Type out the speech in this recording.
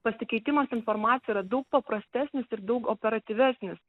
pasikeitimas informacija yra daug paprastesnis ir daug operatyvesnis